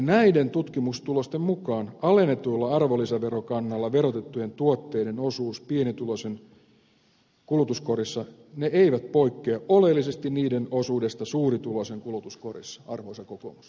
näiden tutkimustulosten mukaan alennetulla arvonlisäverokannalla verotettujen tuotteiden osuus pienituloisen kulutuskorissa ei poikkea oleellisesti niiden osuudesta suurituloisen kulutuskorissa arvoisa kokoomus